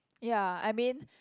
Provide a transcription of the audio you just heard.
ya I mean